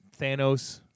Thanos